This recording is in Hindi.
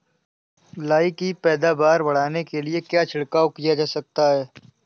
लाही की पैदावार बढ़ाने के लिए क्या छिड़काव किया जा सकता है?